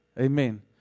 Amen